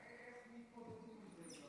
איך מתמודדים עם זה?